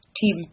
team